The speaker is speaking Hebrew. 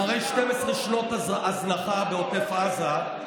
אחרי 12 שנות הזנחה בעוטף עזה,